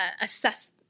assess